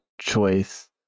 choice